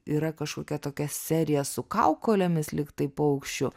yra kažkokia tokia serija su kaukolėmis lygtai paukščių